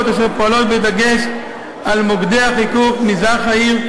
אשר פועלות בדגש על מוקדי החיכוך במזרח העיר,